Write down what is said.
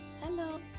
Hello